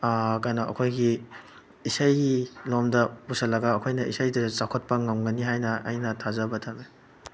ꯀꯩꯅꯣ ꯑꯩꯈꯣꯏꯒꯤ ꯏꯁꯩ ꯔꯣꯝꯗ ꯄꯨꯁꯤꯜꯂꯒ ꯑꯩꯈꯣꯏꯅ ꯏꯁꯩꯗꯁꯨ ꯆꯥꯎꯈꯠꯄ ꯉꯝꯒꯅꯤ ꯍꯥꯏꯅ ꯑꯩꯅ ꯊꯥꯖꯕ ꯊꯝꯃꯤ